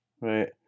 Right